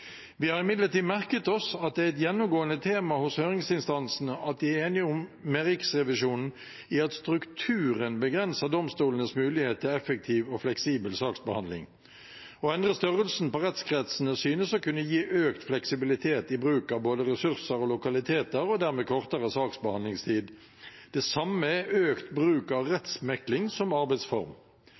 Vi har imidlertid merket oss at et gjennomgående tema hos høringsinstansene var at de er enig med Riksrevisjonen i at strukturen begrenser domstolenes mulighet til effektiv og fleksibel saksbehandling. Å endre størrelsen på rettskretsene synes å kunne gi økt fleksibilitet i bruk av både ressurser og lokaliteter, og dermed kortere saksbehandlingstid. Det samme gjelder økt bruk av rettsmekling som arbeidsform.